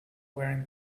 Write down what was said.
wearing